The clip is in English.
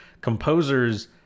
composers